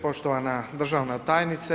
Poštovana državna tajnice.